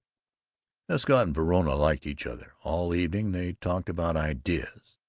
escott and verona liked each other. all evening they talked about ideas.